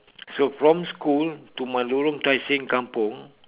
so from school to my lorong tai seng kampung